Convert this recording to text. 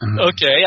okay